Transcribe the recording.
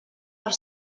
per